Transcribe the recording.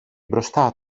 μπροστά